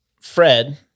Fred